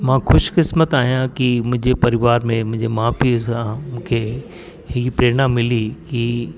मां ख़ुशकिस्मत आहियां की मुंहिंजे परिवार में मुंहिंजे माउ पीअ सां मूंखे इहा प्रेरणा मिली की